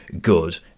good